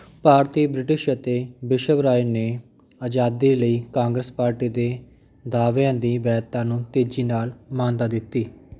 ਭਾਰਤੀ British ਅਤੇ ਵਿਸ਼ਵ ਰਾਏ ਨੇ ਆਜ਼ਾਦੀ ਲਈ ਕਾਂਗਰਸ ਪਾਰਟੀ ਦੇ ਦਾਅਵਿਆਂ ਦੀ ਵੈਧਤਾ ਨੂੰ ਤੇਜ਼ੀ ਨਾਲ ਮਾਨਤਾ ਦਿੱਤੀ